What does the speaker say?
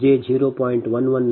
1806 j0